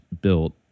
built